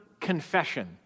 confession